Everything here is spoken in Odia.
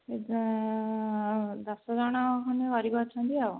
ସେଟା ଦଶ ଜଣ ଖଣ୍ଡେ ଗରିବ ଅଛନ୍ତି ଆଉ